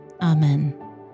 Amen